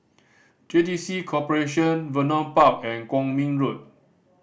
J T C Corporation Vernon Park and Kwong Min Road